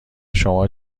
شما